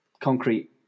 concrete